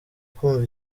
kumva